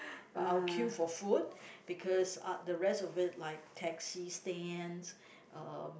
but I'll queue for food because uh the rest of it like taxi stands um